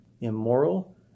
immoral